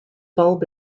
bulb